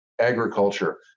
agriculture